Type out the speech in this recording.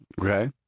Okay